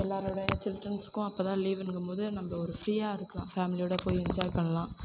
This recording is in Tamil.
எல்லாரோடய சில்ட்ரன்ஸுக்கும் அப்போ தான் லீவுங்கம் போது நம்ம ஒரு ஃப்ரீயாக இருக்கலாம் ஃபேமிலியோடு போய் என்ஜாய் பண்ணலாம்